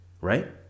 right